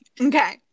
Okay